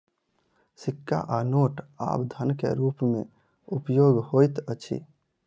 सिक्का आ नोट आब धन के रूप में उपयोग होइत अछि